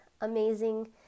amazing